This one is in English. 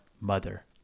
mother